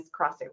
Crossover